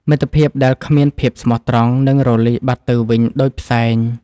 មិត្តភាពដែលគ្មានភាពស្មោះត្រង់ នឹងរលាយបាត់ទៅវិញដូចផ្សែង។